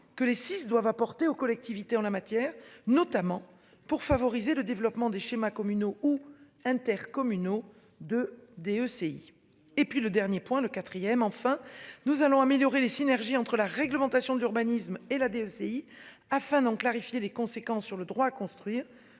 que les six doivent apporter aux collectivités en la matière, notamment pour favoriser le développement des schémas communaux ou intercommunaux de. ECI et puis le dernier point le quatrième enfin nous allons améliorer les synergies entre la réglementation de l'urbanisme et la DRCI afin d'en clarifier les conséquences sur le droit à construire